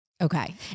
Okay